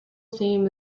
theme